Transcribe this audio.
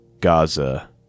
Gaza